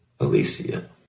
Alicia